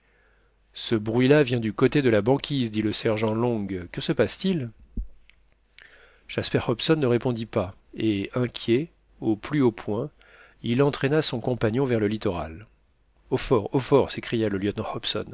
ce bruit-là vient du côté de la banquise dit le sergent long que se passe-t-il jasper hobson ne répondit pas et inquiet au plus haut point il entraîna son compagnon vers le littoral au fort au fort s'écria le lieutenant